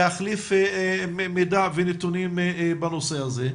להחליף מידע ונתונים בנושא הזה,